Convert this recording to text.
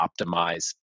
optimize